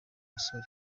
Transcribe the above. musore